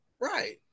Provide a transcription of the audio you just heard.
right